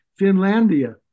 Finlandia